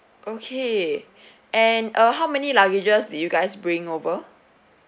okay and uh how many luggages did you guys bring over